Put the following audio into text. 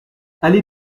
allée